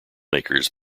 makers